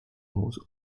was